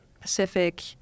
Pacific